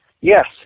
yes